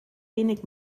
wenig